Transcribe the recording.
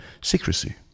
secrecy